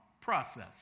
process